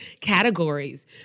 categories